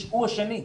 הוא השני.